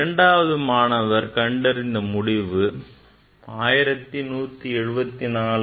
இரண்டாவது மாணவர் கண்டறிந்த முடிவு 1174 plus minus 3